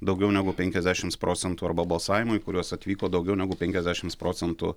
daugiau negu penkiasdešimts procentų arba balsavimų į kuriuos atvyko daugiau negu penkiasdešimts procentų